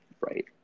right